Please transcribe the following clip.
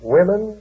Women